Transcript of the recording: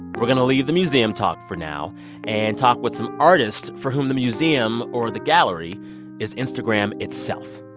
we're going to leave the museum talk for now and talk with some artists for whom the museum or the gallery is instagram itself.